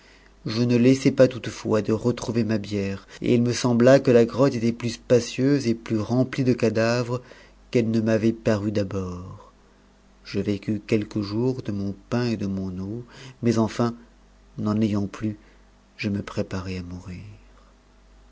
je ne laissai pas toutefois de retrouypr ma bière et il me sembla que la grotte était plus spacieuse et plus rcmptie de cadavres qu'elle ne m'avait paru d'abord je vécus quelques jours de mon pain et de mon eau mais enfin n'en ayant plus je me préparai à mourir